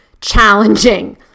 challenging